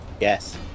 Yes